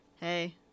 Hey